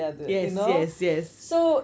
yes yes yes